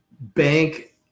bank